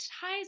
ties